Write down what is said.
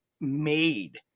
made